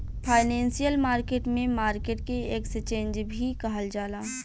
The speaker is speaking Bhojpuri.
फाइनेंशियल मार्केट में मार्केट के एक्सचेंन्ज भी कहल जाला